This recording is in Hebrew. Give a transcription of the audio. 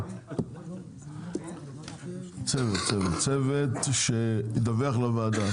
צוות שידווח לוועדה.